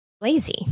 lazy